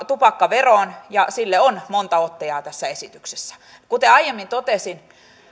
tupakkaveroon ja sille on monta ottajaa tässä esityksessä kuten aiemmin totesin